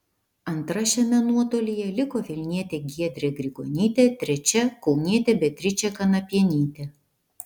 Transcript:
antra šiame nuotolyje liko vilnietė giedrė grigonytė trečia kaunietė beatričė kanapienytė